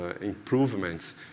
improvements